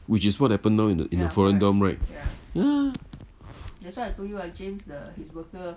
which is what happen now in the in the foreign dorm right yeah